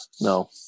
No